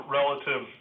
relative